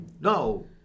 no